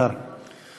בבקשה, אדוני שר.